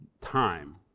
time